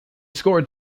scored